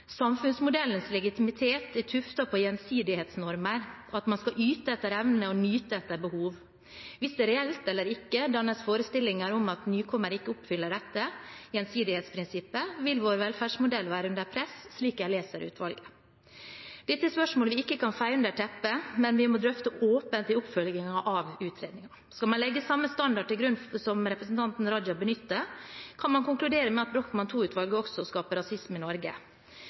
samfunnsmodellens legitimitet er tuftet på gjensidighetsnormer, og at man skal yte etter evne og nyte etter behov. Om det er berettiget eller ikke, kan det dannes forestillinger om at nykommere ikke oppfyller dette gjensidighetsprinsippet, og da vil vår velferdsmodell være under press, slik jeg leser utvalget. Dette er spørsmål vi ikke kan feie under teppet, men som vi må drøfte åpent i oppfølgingen av utredningen. Skal man legge samme standard til grunn som representanten Raja benytter, kan man konkludere med at Brochmann II-utvalget også skaper rasisme i Norge.